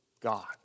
God